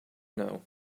know